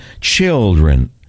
children